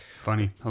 Funny